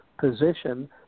position